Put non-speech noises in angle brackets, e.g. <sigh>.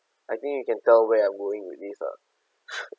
I think you can tell where I'm going with this ah <laughs>